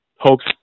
hopes